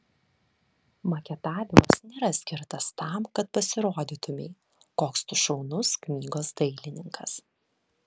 maketavimas nėra skirtas tam kad pasirodytumei koks tu šaunus knygos dailininkas